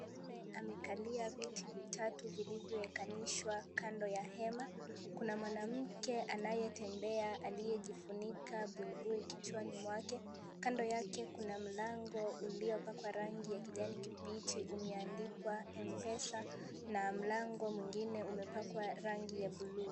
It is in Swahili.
Mwanaume amekalia viti vitatu vilivyowekanishwa kando ya hema, kuna mwanamke anayetembea aliyejifunika buibui kichwani mwake. Kando yake kuna mlango uliopakwa rangi ya kijani kibichi imeandikwa M-pesa na mlango mwingine umepakwa rangi ya bluu.